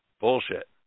Bullshit